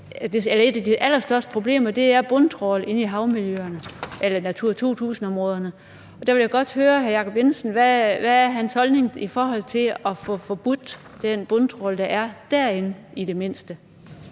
et af de allerstørste problemer er bundtrawl inde i Natura 2000-områderne. Og der vil jeg godt høre hr. Jacob Jensen: Hvad er hans holdning i forhold til i det mindste at få forbudt den bundtrawl, der er derinde? Kl.